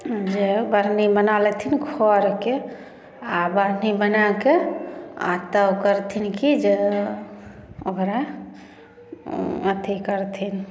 जे बढ़नी बना लेतीं खढ़के आ बढ़नी बनाके आ तब करथिन की जे ओकरा अथी करथिन